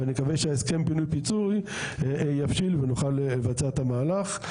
ואני מקווה שההסכם פינוי פיצוי יבשיל ונוכל לבצע את המהלך.